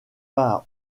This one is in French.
pas